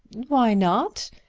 why not?